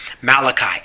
Malachi